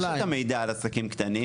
יש את המידע על עסקים קטנים.